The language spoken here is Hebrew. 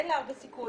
אין לה הרבה סיכוי,